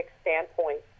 standpoint